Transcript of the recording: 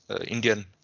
Indian